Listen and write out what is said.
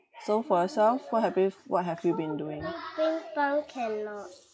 so for yourself what have you what have you been doing